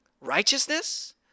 Righteousness